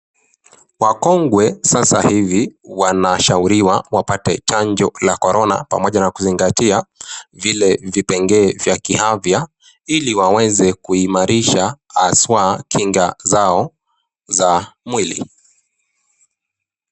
Wakongwe sasa hivi wanashauriwa wapate chanjo la Corona pamoja na kuzingatia vile vipengele vya kiafya ili waweze kuimarisha haswa kinga zao za mwili.